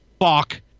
fuck